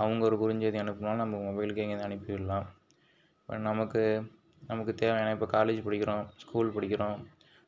அவங்க ஒரு குறுஞ்செய்தி அனுப்பினாலும் நம்ம மொபைலுக்கு இங்கேயிருந்து அனுப்பிவிடலாம் இப்போ நமக்கு நமக்கு தேவையான இப்போ காலேஜ் படிக்கிறோம் ஸ்கூல் படிக்கிறோம்